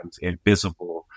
invisible